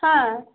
ಹಾಂ